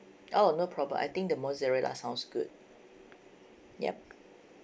oh no problem I think the mozzarella sounds good yup